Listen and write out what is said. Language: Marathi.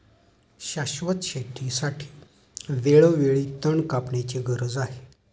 शाश्वत शेतीसाठी वेळोवेळी तण कापण्याची गरज आहे